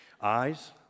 Eyes